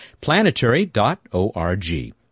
planetary.org